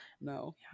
no